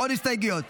עם ההסתייגות.